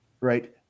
Right